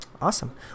Awesome